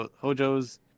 Hojo's